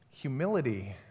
humility